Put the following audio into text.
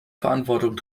verantwortung